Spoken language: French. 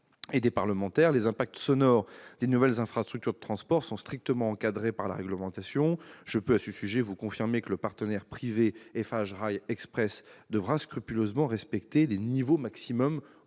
et des parlementaires. Les impacts sonores des nouvelles infrastructures de transport sont strictement encadrés par la réglementation. Je peux, à ce sujet, vous confirmer que le partenaire privé Eiffage Rail Express devra scrupuleusement respecter les niveaux maximaux